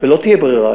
לא תהיה ברירה.